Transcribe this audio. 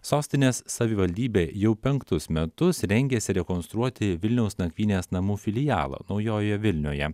sostinės savivaldybė jau penktus metus rengiasi rekonstruoti vilniaus nakvynės namų filialą naujojoje vilnioje